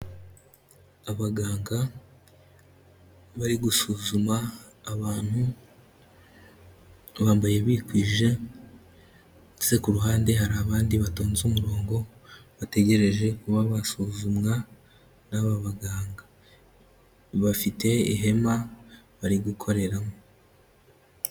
Abaganga bari gusuzuma abantu bambaye bikwije ndetse ku ruhande hari abandi batonze umurongo bategereje kuba basuzumwa n'aba baganga, bafite ihema bari gukoreramo.